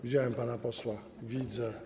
Widziałem pana posła, widzę.